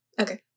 Okay